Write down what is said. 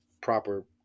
proper